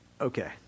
okay